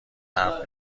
حرف